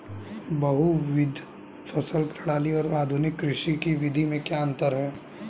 बहुविध फसल प्रणाली और आधुनिक कृषि की विधि में क्या अंतर है?